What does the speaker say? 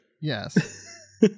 Yes